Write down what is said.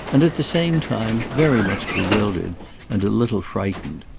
and at the same time very much bewildered and a little frightened.